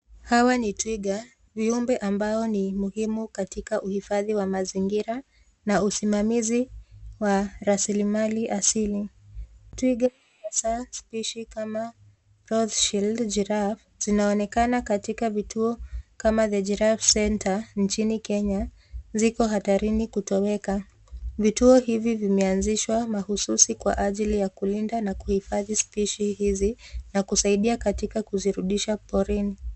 Hawa ni twiga, viumbe ambao ni muhimu katika uhifadhi wa mazingira na usimamizi wa rasilimali asili. Twiga hasa spishi kama roshield giraffe zinaonekana katika vituo kama za Giraffe Centre nchini Kenya ziko hatarini kutoweka. Vituo hivi vimeanzishwa mahususi kwa ajili ya kulinda na kuhifadhi spishi hizi na kusaidia katika kuzirudisha porini.